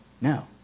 No